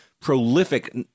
prolific